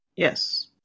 Yes